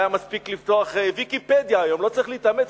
היה מספיק לפתוח "ויקיפדיה"; היום לא צריך להתאמץ,